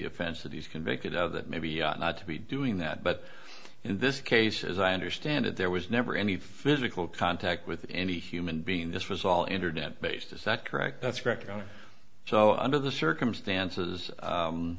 offense that he's convicted of that maybe not to be doing that but in this case as i understand it there was never any physical contact with any human being this was all internet based is that correct that's correct on so under the circumstances